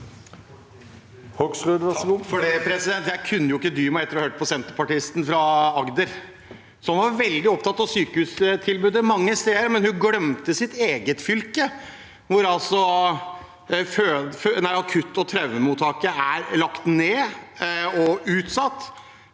Jeg kunne ikke dy meg etter å ha hørt på Senterpartiets representant fra Agder. Hun var veldig opptatt av sykehustilbudet mange steder, men hun glemte sitt eget fylke, hvor akutt- og traumemottaket er lagt ned og utsatt.